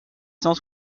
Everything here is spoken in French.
cent